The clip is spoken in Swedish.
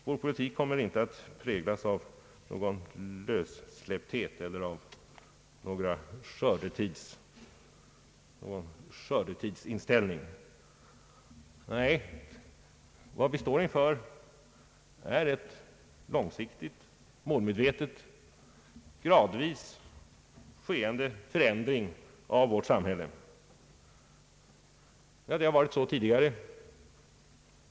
Vår politik kommer inte att präglas av någon lössläppthet eller någon skördetidsinställning. Nej, vad vi står inför är en långsiktig, målmedveten och gradvis skeende förändring av vårt samhälle. Det har varit så tidigare.